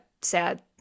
sad –